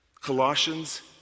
Colossians